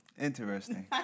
Interesting